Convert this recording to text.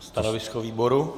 Stanovisko výboru?